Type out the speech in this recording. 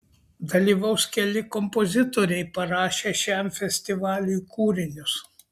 dalyvaus keli kompozitoriai parašę šiam festivaliui kūrinius